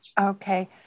Okay